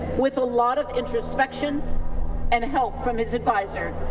with a lot of introspection and help from his adviser,